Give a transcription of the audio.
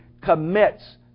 commits